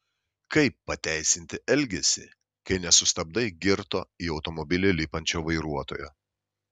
kaip pateisinti elgesį kai nesustabdai girto į automobilį lipančio vairuotojo